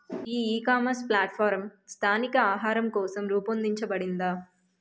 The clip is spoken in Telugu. ఈ ఇకామర్స్ ప్లాట్ఫారమ్ స్థానిక ఆహారం కోసం రూపొందించబడిందా?